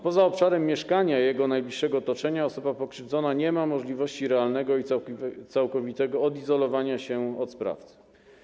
Poza obszarem mieszkania jego najbliższego otoczenia osoba pokrzywdzona nie ma możliwości realnego i całkowitego odizolowania się od sprawy.